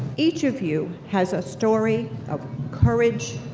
each of you has a story of courage,